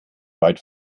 weit